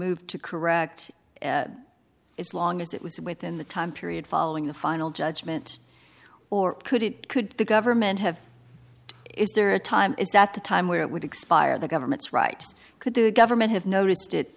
move to correct as long as it was within the time period following the final judgment or could it could the government have is there a time is that the time where it would expire the government's right could the government have noticed it